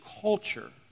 culture